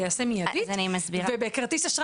היום מאשרים משכנתא בפחות בחמישה ימים.